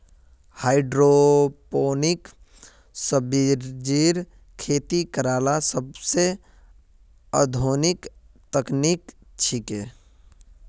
hydroponic सब्जिर खेती करला सोबसे आधुनिक तकनीक छिके